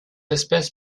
espèce